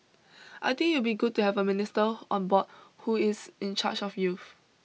I think it will be good to have a minister on board who is in charge of youth